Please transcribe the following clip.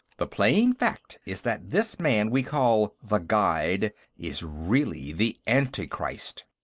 the plain fact is that this man we call the guide is really the antichrist!